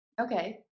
Okay